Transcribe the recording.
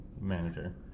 manager